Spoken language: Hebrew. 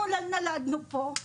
אנחנו נולדנו פה,